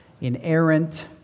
inerrant